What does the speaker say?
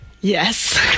yes